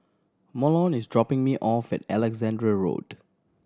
Mahlon is dropping me off at Alexandra Road